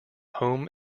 home